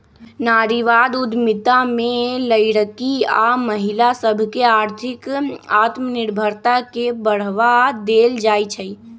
नारीवाद उद्यमिता में लइरकि आऽ महिला सभके आर्थिक आत्मनिर्भरता के बढ़वा देल जाइ छइ